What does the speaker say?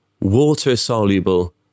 water-soluble